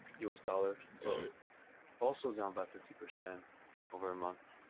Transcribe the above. us dollar. so also down by fifty percent over a month,